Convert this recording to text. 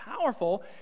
powerful